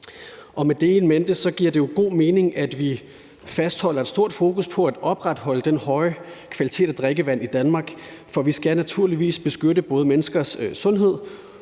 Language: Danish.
Med det in mente giver det god mening, at vi fastholder et stort fokus på at opretholde den høje kvalitet af drikkevand i Danmark, for vi skal naturligvis beskytte menneskers sundhed